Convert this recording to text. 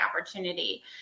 opportunity